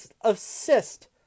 assist